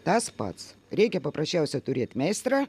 tas pats reikia paprasčiausiai turėt meistrą